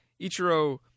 Ichiro